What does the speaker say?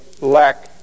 lack